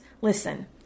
Listen